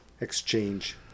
exchange